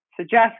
suggest